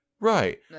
Right